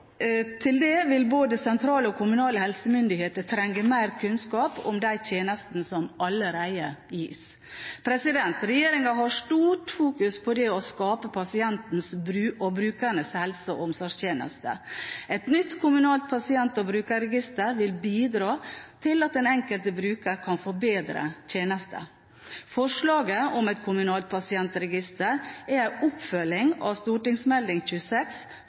Til det vil både sentrale og kommunale helsemyndigheter trenge mer kunnskap om de tjenestene som allerede gis. Regjeringen har stort fokus på det å skape pasientenes og brukernes helse- og omsorgstjeneste. Et nytt kommunalt pasient- og brukerregister vil bidra til at den enkelte bruker kan få bedre tjenester. Forslaget om et kommunalt pasientregister er en oppfølging av Meld. St. 26